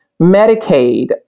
Medicaid